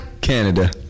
Canada